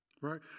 right